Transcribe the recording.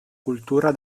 cultura